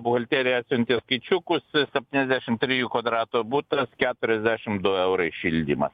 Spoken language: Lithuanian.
buhalterija atsiuntė skaičiukus septyniasdešim trijų kvadratų butas keturiasdešim du eurai šildymas